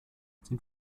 sind